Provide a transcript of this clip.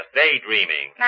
daydreaming